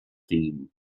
theme